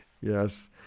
Yes